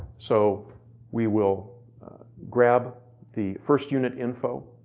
so we will grab the first unit info,